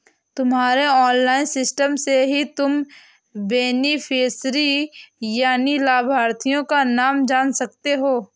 तुम्हारे online system से ही तुम बेनिफिशियरी यानि लाभार्थी का नाम जान सकते हो